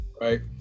right